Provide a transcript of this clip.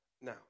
Now